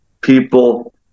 people